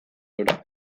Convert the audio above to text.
hura